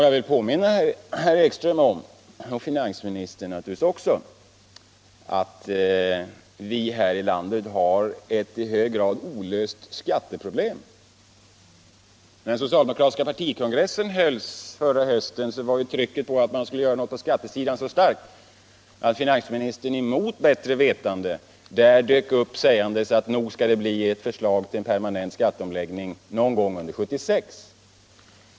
Jag vill påminna herr Ekström, och naturligtvis också finansministern, om att vi här i landet har ett i hög grad olöst skatteproblem. Då socialdemokratiska partikongressen hölls förra hösten var trycket att man skulle göra något på skattesidan så starkt att finansministern, mot bättre vetande, sade att det nog skulle komma förslag till en permanent skatteomläggning någon gång under 1976.